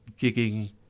gigging